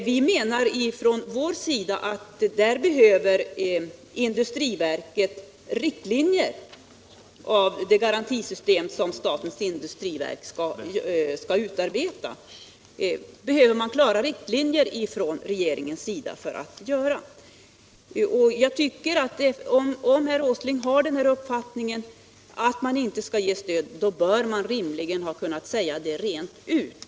Vi menar från vår sida att statens industriverk behöver riktlinjer från regeringen för det garantisystem som verket skall utarbeta. Om herr Åsling har den uppfattningen att man inte skall ge något stöd, borde han väl rimligen ha kunnat säga detta rent ut.